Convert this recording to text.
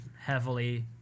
heavily